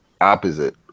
Opposite